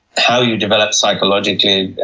how you develop psychologically,